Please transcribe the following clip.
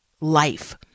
life